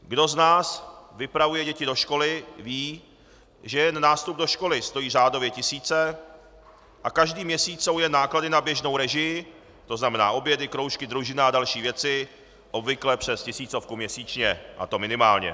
Kdo z nás vypravuje děti do školy, ví, že jen nástup do školy stojí řádově tisíce a každý měsíc jsou jen náklady na běžnou režii, tzn. obědy, kroužky, družina a další věci, obvykle přes tisícovku měsíčně, a to minimálně.